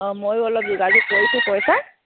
অঁ ময়ো অলপ যোগাযোগ কৰিছোঁ পইচা